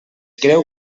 creu